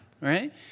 right